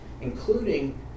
including